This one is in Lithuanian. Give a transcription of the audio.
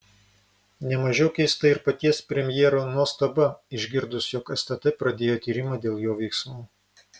ne mažiau keista ir paties premjero nuostaba išgirdus jog stt pradėjo tyrimą dėl jo veiksmų